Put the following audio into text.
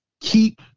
Keep